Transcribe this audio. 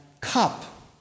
cup